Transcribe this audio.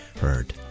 heard